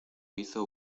hizo